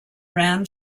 round